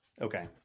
Okay